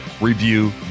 review